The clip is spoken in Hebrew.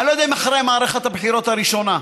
אני לא יודע אם אחרי מערכת הבחירות הראשונה,